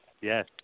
yes